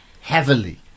heavily